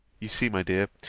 you see, my dear,